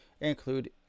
include